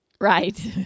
Right